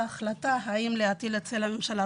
ההחלטה האם להטיל את זה על הממשלה,